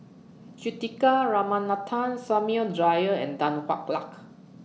Juthika Ramanathan Samuel Dyer and Tan Hwa Luck